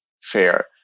fair